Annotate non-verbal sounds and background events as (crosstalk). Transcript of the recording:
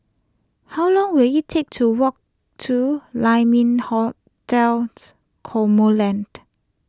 how long will it take to walk to Lai Ming Hotel (noise) Cosmoland